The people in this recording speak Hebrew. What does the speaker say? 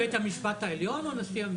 נשיא בית המשפט העליון או נשיא המדינה?